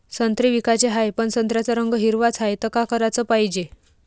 संत्रे विकाचे हाये, पन संत्र्याचा रंग हिरवाच हाये, त का कराच पायजे?